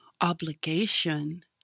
obligation